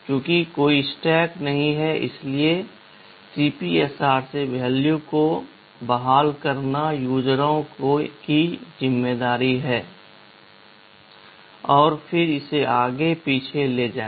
चूंकि कोई स्टैक नहीं है इसलिए CPSR से वैल्यू को बहाल करना यूजरओं की जिम्मेदारी है और फिर इसे आगे और पीछे ले जाएं